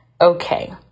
okay